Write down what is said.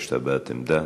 ביקשת הבעת עמדה.